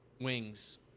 wings